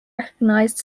recognized